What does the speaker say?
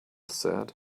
said